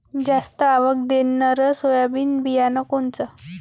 जास्त आवक देणनरं सोयाबीन बियानं कोनचं?